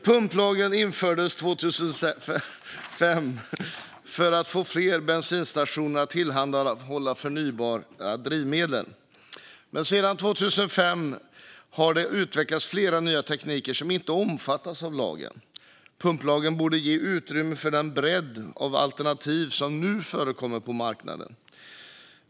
Pumplagen infördes 2005 för att få fler bensinstationer att tillhandahålla förnybara drivmedel. Men sedan 2005 har det utvecklats flera nya tekniker som inte omfattas av lagen. Pumplagen borde ge utrymme för den bredd av alternativ som nu förekommer på marknaden.